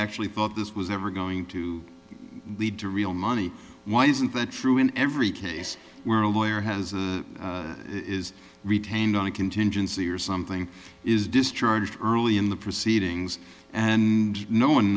actually thought this was ever going to lead to real money why isn't that true in every case where a lawyer has it is retained on a contingency or something is discharged early in the proceedings and no one